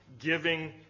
giving